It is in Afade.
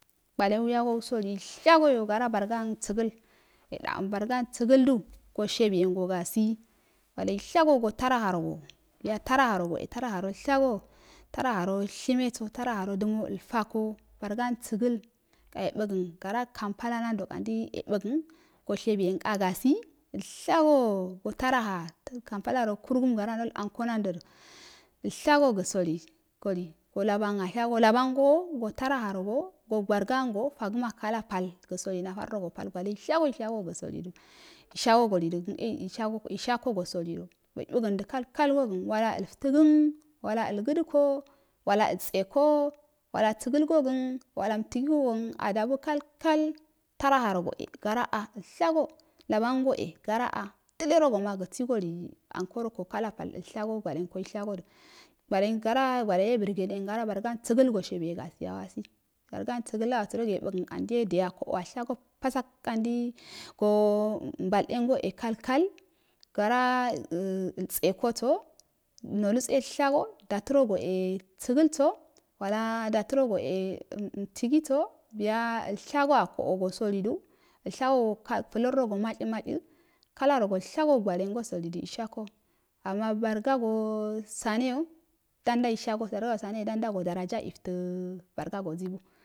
Gwalen ya gouusalishago gara baragun sagal yedan boragan sagaldu goshibiyenso gabi gwalei shago go taraharago biyu tarhara taeahar ogo biya taraharalshago touraharo shimeso tar a haro dumo altarko baragan sagal a yebugan gorakam pala nando kandi yebugon goshubiyenka gabi alshago go taraha to kampala kurgum garanal anko nadodu ishago boli gali so laboan ashago labongo go tarahanrogo so barganso fogama kalapal gosoli na fara go pal gwalei shago ishaso go solidu ishago go solido ishako gari e sosolido meibugon kalal wala aittagan wata algadak wala altesekoo wala sagolgogan ala miligori dabukalkal taraba roso e gara a elshago labango e gara a dilerogoma sosai soli anko roko kala pal alshaso anko gwalenkoi shagodo gwalen gora gwalen yebargean gara bargom sagal so shubuyenso gorsi a wasi bargon səgən səgət anso sərogi yebugan ka yedeyo akoo abnaso basag kandi go ngudengo e koukal gara un altsekoso nocultseshago dalərogo e bəgəlso biya datarogo akoo gobolndo jishago florrogo e matehi matchi kalarogo gwalen gabolidu ishako ana bargosi ssaneyo dondaushago danda so doraja iftə barga so zibu,